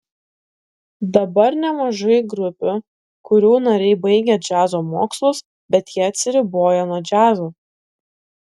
dabar nemažai grupių kurių nariai baigę džiazo mokslus bet jie atsiriboja nuo džiazo